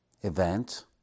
event